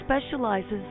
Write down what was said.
specializes